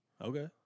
Okay